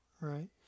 Right